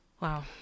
Wow